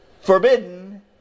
forbidden